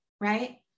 right